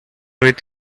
with